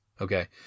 Okay